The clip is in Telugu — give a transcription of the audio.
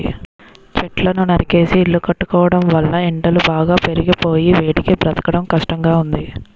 చెట్లను నరికేసి ఇల్లు కట్టుకోవడం వలన ఎండలు బాగా పెరిగిపోయి వేడికి బ్రతకడం కష్టంగా ఉంది